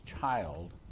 child